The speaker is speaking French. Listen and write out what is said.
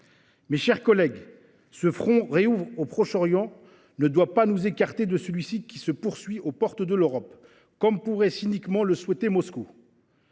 Mes chers collègues, ce front rouvert au Proche-Orient ne doit pas nous faire oublier le conflit qui se poursuit aux portes de l’Europe, comme pourrait cyniquement le souhaiter Moscou.